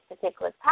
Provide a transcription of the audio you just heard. particular